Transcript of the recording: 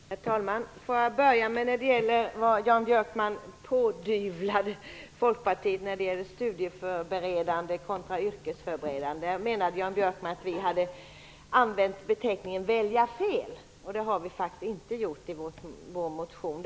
Herr talman! Får jag börja med det som Jan Björkman pådyvlade Folkpartiet när det gäller begreppen studieförberedande kontra yrkesförberedande. Jan Björkman menade att vi hade använt beteckningen "väljer fel". Det har vi inte gjort i vår motion.